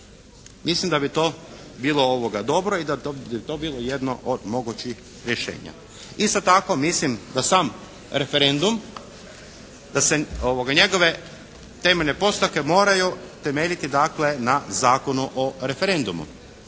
Mislim da bi to bilo dobro i da bi to bilo jedno od mogućih rješenja. Isto tako mislim da sam referendum, da se njegove temeljne postavke moraju temeljiti dakle na Zakonu o referendumu